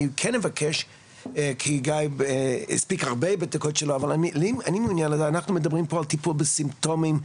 אני מעוניין לשמוע, אנחנו מדברים על סימפטומים,